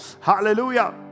Hallelujah